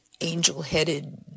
angel-headed